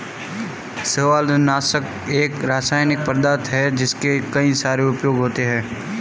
शैवालनाशक एक रासायनिक पदार्थ है जिसके कई सारे उपयोग होते हैं